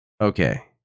Okay